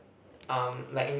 um like in